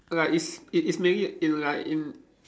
like is it is maybe in like in